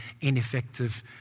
ineffective